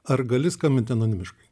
ar gali skambint anonimiškai